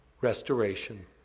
restoration